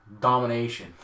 domination